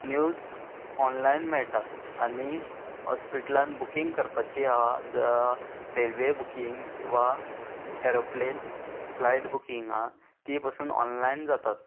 news online मेळटा आनी हॉस्पिटलान बुकींग करपाची आहा जावं रेल्वे बुकींग वा एरोप्लेन फ्लायट बुकींग आहा ती पसून ऑनलायन जातात